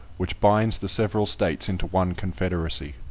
which binds the several states into one confederacy.